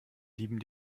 dieben